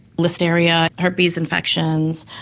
listeria, herpes infections,